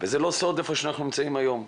וזה לא סוד, איפה שאנחנו נמצאים היום.